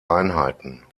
einheiten